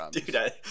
Dude